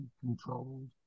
controlled